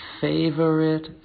favorite